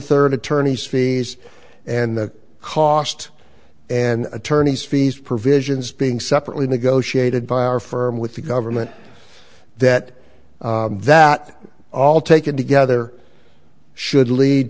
third attorney's fees and the cost and attorney's fees provisions being separately negotiated by our firm with the government that that all taken together should lead